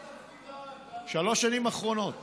זו לא תפקידן להרוויח כסף.